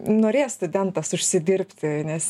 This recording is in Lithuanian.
norės studentas užsidirbti nes